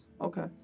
Okay